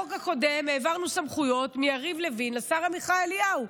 בחוק הקודם העברנו סמכויות מיריב לוין לשר עמיחי אליהו.